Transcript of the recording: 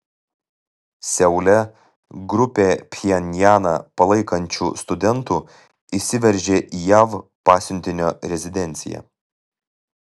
seule grupė pchenjaną palaikančių studentų įsiveržė į jav pasiuntinio rezidenciją